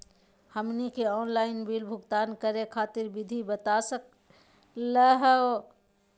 हमनी के online bill भुगतान करे खातीर विधि बता सकलघ हो?